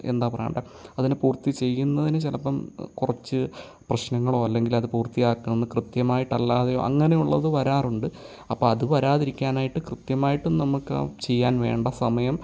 എന്താ പറയേണ്ടത് അതിന് പൂർത്തി ചെയ്യുന്നതിന് ചിലപ്പം കുറച്ച് പ്രശ്നങ്ങളോ അല്ലെങ്കിലത് പൂർത്തിയാക്കണം എന്ന് കൃത്യമായിട്ട് അല്ലാതെയോ അങ്ങനെയുള്ളത് വരാറുണ്ട് അപ്പം അത് വരാതിരിക്കാനായിട്ട് കൃത്യമായിട്ട് നമുക്കാ ചെയ്യാൻ വേണ്ട സമയം